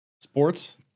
Sports